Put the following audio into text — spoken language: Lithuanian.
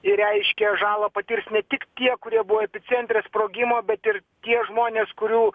ir reiškia žalą patirs ne tik tie kurie buvo epicentre sprogimo bet ir tie žmonės kurių